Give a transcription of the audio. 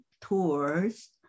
tours